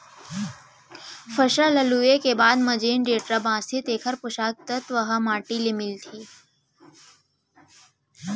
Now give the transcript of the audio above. फसल ल लूए के बाद म जेन डेंटरा बांचथे तेकर पोसक तत्व ह माटी ले मिलथे